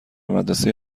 مدرسه